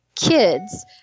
kids